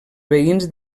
veïns